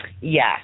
Yes